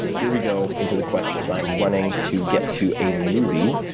here we go into the questions. i'm running to get to a movie,